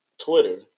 Twitter